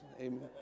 Amen